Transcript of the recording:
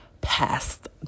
past